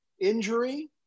injury